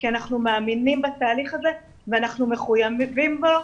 כי אנחנו מאמינים בתהליך הזה ואנחנו מחויבים בו.